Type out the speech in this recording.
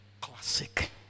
classic